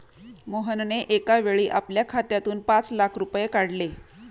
मोहनने एकावेळी आपल्या खात्यातून पाच लाख रुपये काढले